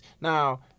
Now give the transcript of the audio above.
Now